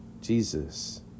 Jesus